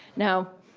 now,